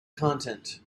content